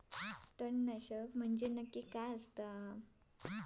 तणनाशक म्हंजे नक्की काय असता?